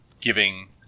giving